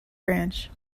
branch